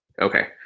Okay